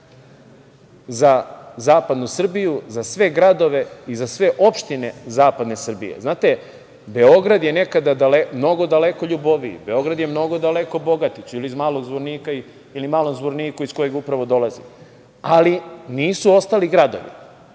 za zapadnu Srbiju, za sve gradove i za sve opštine zapadne Srbije. Znate, Beograd je nekada mnogo daleko LJuboviji, Beograd je mnogo daleko Bogatiću ili Malom Zvorniku, iz kojeg upravo dolazim, ali nisu ostali gradovi. Znamo